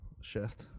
shift